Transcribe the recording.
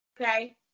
okay